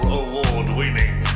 award-winning